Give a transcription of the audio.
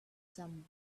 some